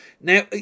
Now